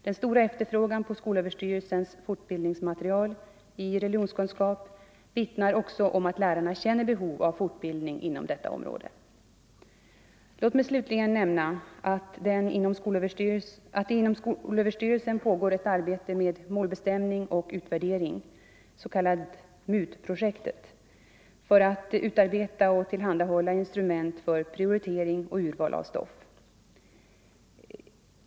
Den stora efterfrågan på skolöverstyrelsens fortbildningsmaterial i religionskunskap vittnar också om att lärarna känner behov av fortbildning inom detta område Låt mig slutligen nämna att det inom skolöverstyrelsen pågår ett arbete med målbestämning och utvärdering — det s.k. MUT-projektet — för att utarbeta och tillhandahålla instrument för prioritering och urval av stoff.